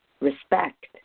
respect